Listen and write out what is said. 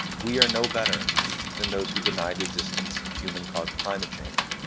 we are no better than those who deny the existence of human caused climate change.